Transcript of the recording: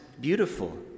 beautiful